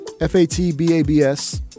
F-A-T-B-A-B-S